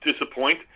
disappoint